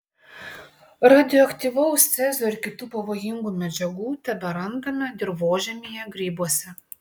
radioaktyvaus cezio ir kitų pavojingų medžiagų teberandame dirvožemyje grybuose